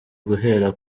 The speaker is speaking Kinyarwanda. guhera